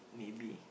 maybe